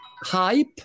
hype